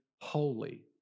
holy